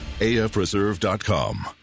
AFreserve.com